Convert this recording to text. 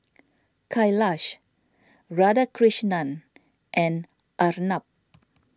Kailash Radhakrishnan and Arnab